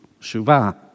Shuvah